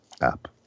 app